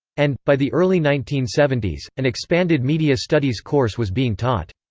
and, by the early nineteen seventy s, an expanded media studies course was being taught.